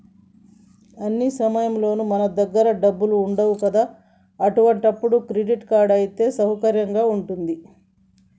అన్ని సమయాల్లోనూ మన దగ్గర డబ్బులు ఉండవు కదా అట్లాంటప్పుడు క్రెడిట్ కార్డ్ అయితే సౌకర్యంగా ఉంటది